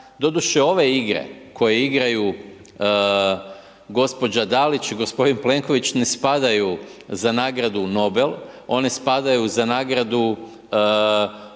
Doduše ove igre koje igraju gospođa Dalić i gospodin Plenković ne spadaju za nagradu Nobel, one spadaju za nagradu